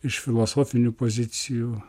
iš filosofinių pozicijų